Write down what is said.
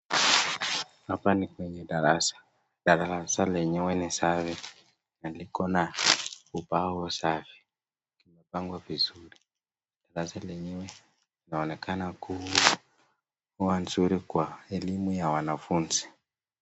Hapa ni kwenye darasa ,darasa lenyewe ni safi na liko na ubao safi ,imepangwa vizuri. Darasa lenyewe linaonekana kuwa nzuri kwa elimu ya wanafunzi.